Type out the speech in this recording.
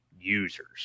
users